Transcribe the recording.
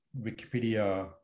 Wikipedia